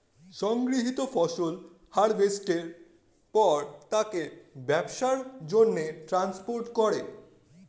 সংগৃহীত ফসল হারভেস্টের পর তাকে ব্যবসার জন্যে ট্রান্সপোর্ট করে